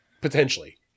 potentially